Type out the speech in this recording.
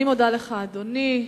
אני מודה לך, אדוני.